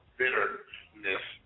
bitterness